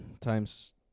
times